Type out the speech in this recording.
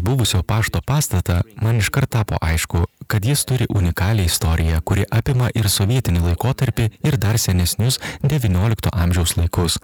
buvusio pašto pastatą man iškart tapo aišku kad jis turi unikalią istoriją kuri apima ir sovietinį laikotarpį ir dar senesnius devyniolikto amžiaus laikus